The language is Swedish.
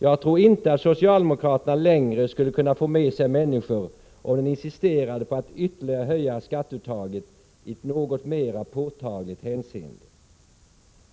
Jag tror inte att socialdemokratin längre skulle kunna få med sig människorna om den insisterade på att ytterligare höja skatteuttaget i något mera påtagligt hänseende.